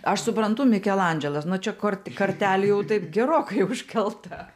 aš suprantu mikelandželas na čia kort kartelė jau taip gerokai užkelta